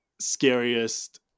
scariest